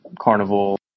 Carnival